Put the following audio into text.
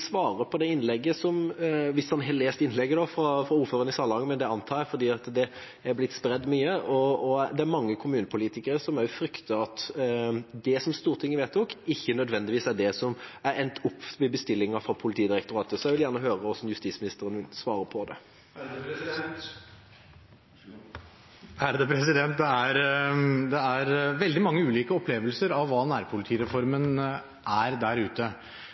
på det innlegget – hvis han har lest innlegget, og det antar jeg, for det er blitt spredt mye – fra ordføreren i Salangen. Det er mange kommunepolitikere som frykter at det Stortinget vedtok, ikke nødvendigvis er det det ender opp med ved bestillingen fra Politidirektoratet. Så jeg vil gjerne høre hva justisministeren vil svare på det. Det er veldig mange ulike opplevelser av hva nærpolitireformen er der ute.